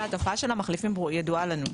התופעה של המחליפים ידועה לנו,